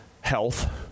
health